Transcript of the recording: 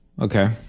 Okay